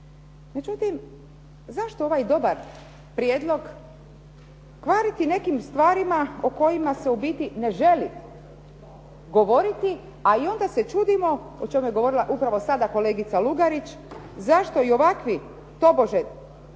Međutim, zašto ovaj dobar prijedlog kvariti nekim stvarima o kojima se u biti ne želi govoriti a i onda se čudimo o čemu je govorila upravo sada kolegica Lugarić zašto i ovakvi tobože